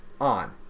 on